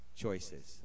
choices